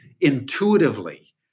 intuitively